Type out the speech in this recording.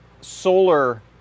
solar